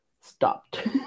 stopped